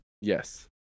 Yes